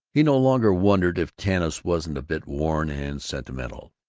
he no longer wondered if tanis wasn't a bit worn and sentimental.